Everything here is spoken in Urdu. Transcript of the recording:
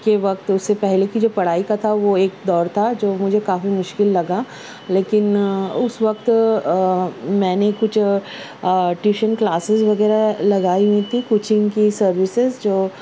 کے وقت اس سے پہلے کہ جو پڑھائی کا تھا کا وہ ایک دور تھا جو مجھے کافی مشکل لگا لیکن اس وقت میں نے کچھ ٹیوشن کلاسز وغیرہ لگائی ہوئی تھی کوچنگ کی سروسز جو